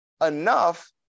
enough